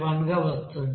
1 గా వస్తోంది